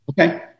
okay